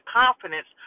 confidence